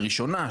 ראשונה,